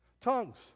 Tongues